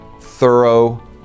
thorough